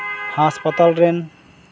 ᱦᱟᱥᱯᱟᱛᱟᱞ ᱨᱮᱱ